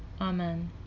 Amen